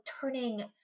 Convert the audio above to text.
turning